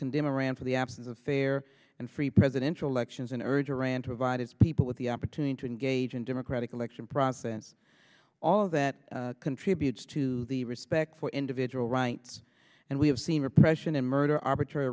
condemn iran for the absence of fair and free presidential elections and urge around provided people with the opportunity to engage in democratic election process all of that contributes to the respect for individual rights and we have seen repression and murder arbitrary